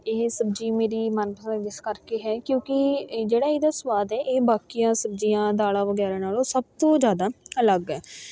ਇਹ ਸਬਜ਼ੀ ਮੇਰੀ ਮਨਪਸੰਦ ਇਸ ਕਰਕੇ ਹੈ ਕਿਉਂਕਿ ਜਿਹੜਾ ਇਹਦਾ ਸਵਾਦ ਹੈ ਇਹ ਬਾਕੀਆਂ ਸਬਜ਼ੀਆਂ ਦਾਲਾਂ ਵਗੈਰਾ ਨਾਲੋਂ ਸਭ ਤੋਂ ਜ਼ਿਆਦਾ ਅਲੱਗ ਹੈ